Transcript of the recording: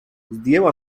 zdjęła